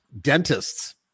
dentists